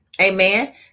Amen